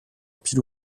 pile